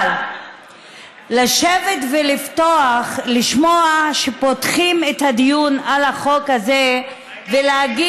אבל לשבת ולשמוע שפותחים את הדיון על החוק הזה ולהגיד,